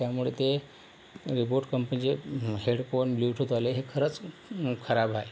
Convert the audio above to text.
त्यामुळे ते रिबोट कंपनीचे हेडफोन ब्ल्यूटूथवाले हे खरंच खराब आहेत